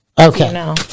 Okay